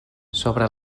sobre